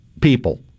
people